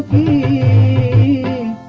a